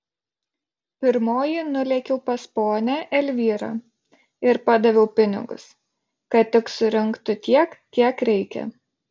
pirmoji nulėkiau pas ponią elvyrą ir padaviau pinigus kad tik surinktų tiek kiek reikia